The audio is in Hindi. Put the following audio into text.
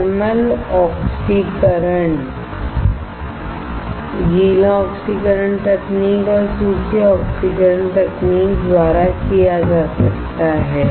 थर्मल ऑक्सीकरण गीला ऑक्सीकरण तकनीक और सूखी ऑक्सीकरण तकनीक द्वारा किया जा सकता है